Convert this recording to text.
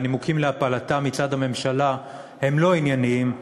והנימוקים להפלתה מצד הממשלה הם לא ענייניים,